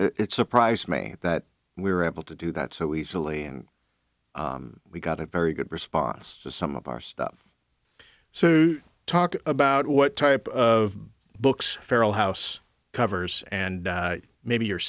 it surprised me that we were able to do that so easily and we got a very good response to some of our stuff so talk about what type of books feral house covers and maybe your